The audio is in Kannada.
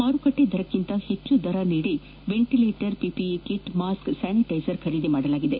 ಮಾರುಕಟ್ಟೆ ದರಕ್ಕಿಂತ ಹೆಚ್ಚಿನ ದರ ನೀಡಿ ventilator PPE kit mask sanitiser ಖರೀದಿಸಲಾಗಿದೆ